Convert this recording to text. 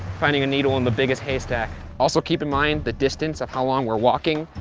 finding a needle in the biggest haystack. also keep in mind the distance of how long we're walking.